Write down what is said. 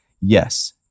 Yes